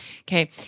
Okay